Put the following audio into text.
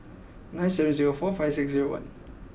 nine seven zero four five six zero one